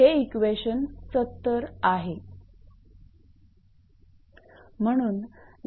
हे इक्वेशन 70 आहे